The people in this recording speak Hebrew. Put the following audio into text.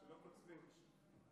שלא קוצבים.